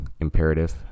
imperative